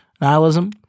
nihilism